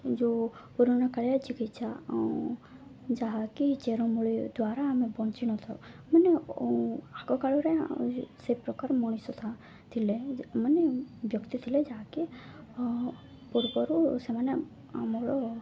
ଯେଉଁ ପୁରୁଣାକାଳିଆ ଚିକିତ୍ସା ଯାହାକି ଚେରମୂଳି ଦ୍ୱାରା ଆମେ ବଞ୍ଚି ନ ଥାଉ ମାନେ ଆଗକାଳରେ ସେ ପ୍ରକାର ମଣିଷ ଥା ଥିଲେ ମାନେ ବ୍ୟକ୍ତି ଥିଲେ ଯାହାକି ପୂର୍ବରୁ ସେମାନେ ଆମର